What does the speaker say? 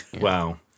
wow